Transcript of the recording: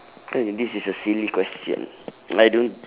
okay this is a silly question I don't